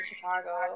Chicago